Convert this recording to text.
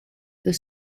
the